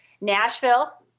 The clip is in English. Nashville